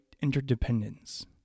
interdependence